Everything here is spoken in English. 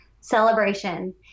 celebration